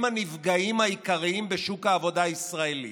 הנפגעים העיקריים בשוק העבודה הישראלי.